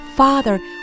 Father